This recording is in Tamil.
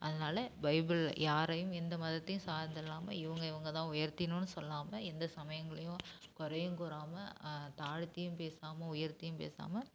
அதனால் பைபிள் யாரையும் எந்த மதத்தையும் சார்ந்தில்லாமல் இவங்க இவங்கதான் உயர்த்தினோன்னு சொல்லாமல் எந்த சமயங்களையும் குறையும் கூறாமல் தாழ்த்தியும் பேசாமல் உயர்த்தியும் பேசாமல்